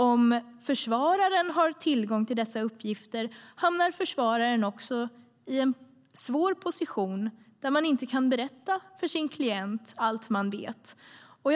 Om försvararen har tillgång till dessa uppgifter hamnar försvararen också i en svår position där man inte kan berätta allt man vet för sin klient.